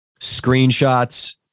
screenshots